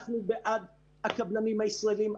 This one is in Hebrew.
אנחנו בעד הקבלנים הישראלים,